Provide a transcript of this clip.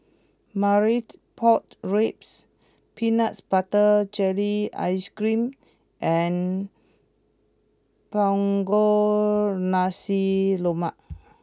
Marmite Pork Ribs Peanut Butter Jelly Ice Cream and Punggol Nasi Lemak